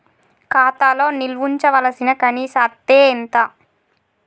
ఖాతా లో నిల్వుంచవలసిన కనీస అత్తే ఎంత?